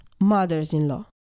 mothers-in-law